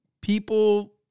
people